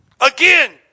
Again